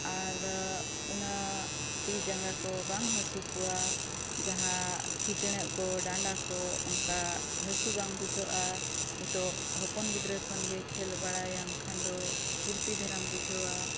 ᱟᱨ ᱚᱱᱟ ᱛᱤ ᱡᱟᱸᱜᱟ ᱠᱚ ᱵᱟᱝ ᱦᱟᱹᱥᱩ ᱠᱚᱣᱟ ᱡᱟᱦᱟᱸ ᱴᱷᱤᱴᱲᱟᱹᱜ ᱠᱚ ᱰᱟᱸᱰᱟ ᱠᱚ ᱚᱱᱠᱟ ᱦᱟᱹᱥᱩ ᱵᱟᱝ ᱵᱩᱡᱷᱟᱹᱜᱼᱟ ᱱᱤᱛᱳᱜ ᱦᱚᱯᱚᱱ ᱜᱤᱫᱽᱨᱟᱹ ᱠᱷᱚᱱ ᱜᱮ ᱠᱷᱮᱞ ᱵᱟᱲᱟᱭᱟᱢ ᱠᱷᱟᱱ ᱫᱚ ᱯᱷᱩᱨᱛᱤ ᱫᱷᱟᱨᱟᱢ ᱵᱩᱡᱷᱟᱹᱣᱟ